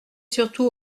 surtout